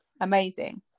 amazing